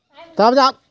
তাৰপিছত আকৌ